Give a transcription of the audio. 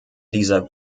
dieser